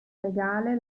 legale